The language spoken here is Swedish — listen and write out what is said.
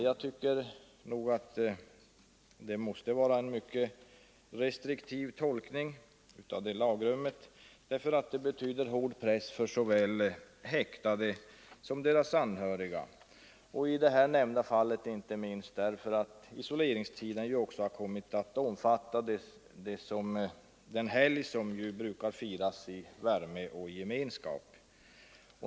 Jag tycker att det lagrummet måste tolkas mycket restriktivt, därför att det betyder hård press för såväl häktade som deras anhöriga, och i det här omnämnda fallet inte minst därför att isoleringstiden också kom att omfatta den helg som brukar firas i värme och gemenskap.